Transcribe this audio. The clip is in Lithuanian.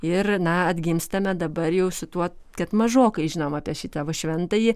ir na atgimstame dabar jau su tuo kad mažokai žinom apie šitą va šventąjį